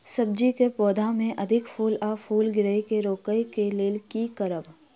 सब्जी कऽ पौधा मे अधिक फूल आ फूल गिरय केँ रोकय कऽ लेल की करब?